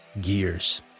Gears